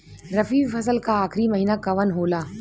रवि फसल क आखरी महीना कवन होला?